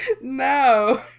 No